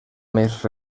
més